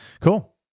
Cool